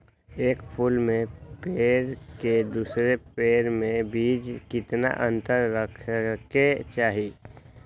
एक फुल के पेड़ के दूसरे पेड़ के बीज केतना अंतर रखके चाहि?